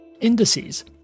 indices